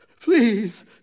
please